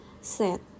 set